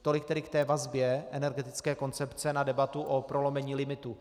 Tolik tedy k vazbě energetické koncepce na debatu o prolomení limitů.